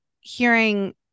hearing